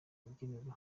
rubyiniro